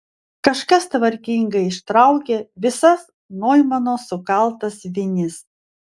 kažkas tvarkingai ištraukė visas noimano sukaltas vinis